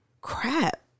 crap